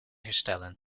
herstellen